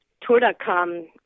tour.com